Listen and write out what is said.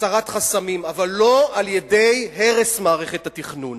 הסרת חסמים, אבל לא על-ידי הרס מערכת התכנון.